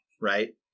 right